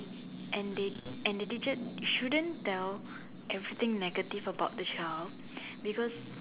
and they and they teacher shouldn't tell everything negative of the child because